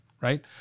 right